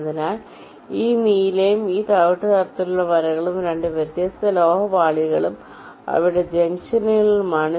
അതിനാൽ ഈ നീലയും ഈ തവിട്ടുനിറത്തിലുള്ള വരകളും 2 വ്യത്യസ്ത ലോഹ പാളികളിലും അവയുടെ ജംഗ്ഷനുകളിലുമാണ്